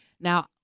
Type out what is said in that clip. Now-